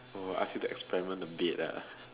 oh I feel the experiment the bed ah